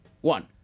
one